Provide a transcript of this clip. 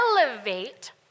elevate